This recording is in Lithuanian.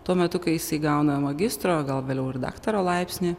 tuo metu kai jisai gauna magistro o gal vėliau ir daktaro laipsnį